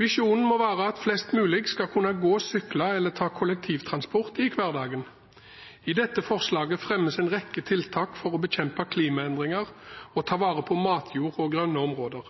Visjonen må være at flest mulig skal kunne gå, sykle eller ta kollektivtransport i hverdagen. I dette forslaget fremmes en rekke tiltak for å bekjempe klimaendringer og ta vare på matjord og grønne områder.